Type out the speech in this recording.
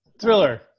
Thriller